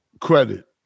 credit